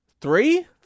Three